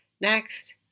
Next